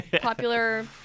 popular